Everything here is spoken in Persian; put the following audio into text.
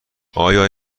آیا